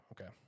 Okay